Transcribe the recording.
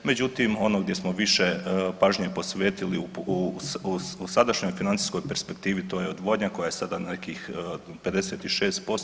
Međutim, ono gdje smo više pažnje posvetili u sadašnjoj financijskoj perspektivi to je odvodnja koja je sada na nekih 56%